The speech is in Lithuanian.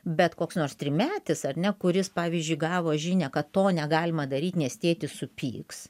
bet koks nors trimetis ar ne kuris pavyzdžiui gavo žinią kad to negalima daryt nes tėtis supyks